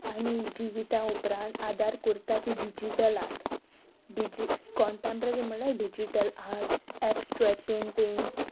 आनी जिवित उपरांत आदार करता ती डिजीटल आर्ट डिजी कॉन्टेम्प्ररी म्हल्यार डिजीटल आर्ट्स एबस्ट्रॅक पेंटिंग्स